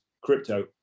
crypto